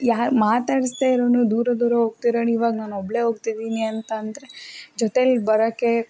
ಯಾರು ಮಾತಾಡ್ಸ್ದೆ ಇರೋನು ದೂರ ದೂರ ಹೋಗ್ತಿರೋನು ಇವಾಗ ನಾನು ಒಬ್ಬಳೇ ಹೋಗ್ತಿದ್ದೀನಿ ಅಂತ ಅಂದರೆ ಜೊತೇಲಿ ಬರೋಕ್ಕೆ